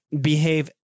behave